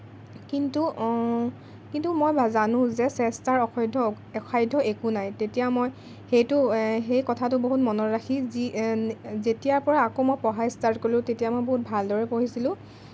কিন্তু কিন্তু মই জানোঁ যে চেষ্টাৰ অসধ্য অসাধ্য একো নাই তেতিয়া মই সেইটো সেই কথাটো বহুত মনত ৰাখি যি যেতিয়াৰ পৰা মই আকৌ পঢ়া ষ্টাৰ্ট কৰিলোঁ তেতিয়া মই বহুত ভালদৰে পঢ়িছিলোঁ